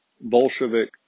Bolshevik